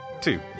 Two